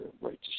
right